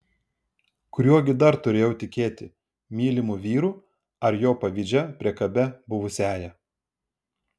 kuriuo gi dar turėjau tikėti mylimu vyru ar jo pavydžia priekabia buvusiąja